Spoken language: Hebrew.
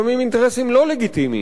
לפעמים אינטרסים לא לגיטימיים,